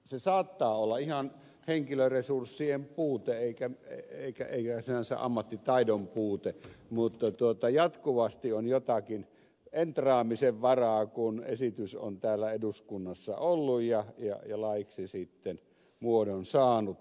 kyseessä saattaa olla ihan henkilöresurssien puute eikä sinänsä ammattitaidon puute mutta jatkuvasti on jotakin entraamisen varaa kun esitys on täällä eduskunnassa ollut ja laiksi sitten muodon saanut